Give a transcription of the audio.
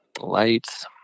lights